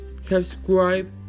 Subscribe